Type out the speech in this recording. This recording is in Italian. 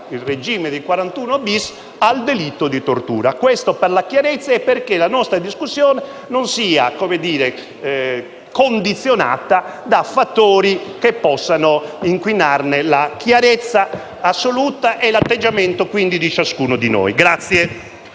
il regime di 41-*bis* al delitto di tortura. Questo è per fare chiarezza e perché la nostra discussione non sia condizionata da fattori che possano inquinarne la chiarezza assoluta e l'atteggiamento di ciascuno di noi.